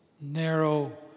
narrow